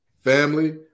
family